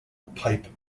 pipe